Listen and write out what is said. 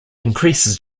increases